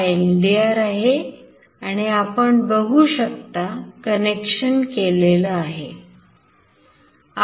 हा LDR आहे आणि आपण बघू शकता connection केलेल आहे